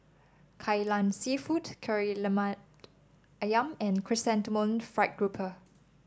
Kai Lan seafood Kari Lemak ayam and Chrysanthemum Fried Grouper